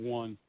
one